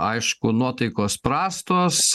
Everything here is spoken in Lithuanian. aišku nuotaikos prastos